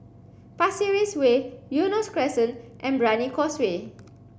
Pasir Ris Way Eunos Crescent and Brani Causeway